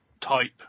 type